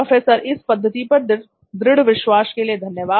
professor इस पद्धति पर दृढ़ विश्वास के लिए धन्यवाद